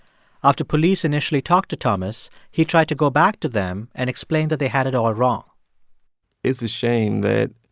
after police initially talked to thomas, he tried to go back to them and explained that they had it all wrong it's a shame that